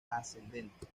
ascendente